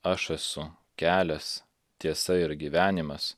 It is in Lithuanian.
aš esu kelias tiesa ir gyvenimas